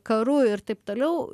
karu ir taip toliau